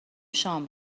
شام